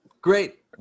Great